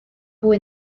fwy